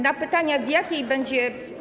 Na pytania, w jakiej będzie.